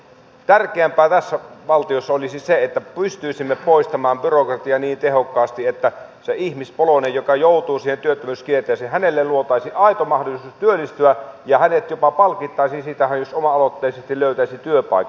tärkeämpää tässä valtiossa olisi se että pystyisimme poistamaan byrokratiaa niin tehokkaasti että sille ihmispoloiselle joka joutuu siihen työttömyyskierteeseen luotaisiin aito mahdollisuus työllistyä ja hänet jopa palkittaisiin siitä jos hän oma aloitteisesti löytäisi työpaikan